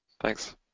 Thanks